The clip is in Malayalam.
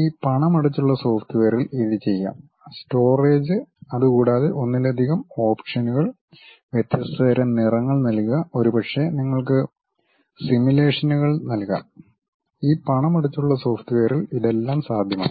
ഈ പണമടച്ചുള്ള സോഫ്റ്റ്വെയറിൽ ഇത് ചെയ്യാം സ്റ്റോറേജ് അതുകൂടാതെ ഒന്നിലധികം ഓപ്ഷനുകൾ വ്യത്യസ്ത തരം നിറങ്ങൾ നൽകുക ഒരുപക്ഷേ നിങ്ങൾക്ക് സിമുലേഷനുകൾ നൽകാം ഈ പണമടച്ചുള്ള സോഫ്റ്റ്വെയറിൽ ഇതെല്ലാം സാധ്യമാണ്